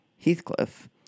Heathcliff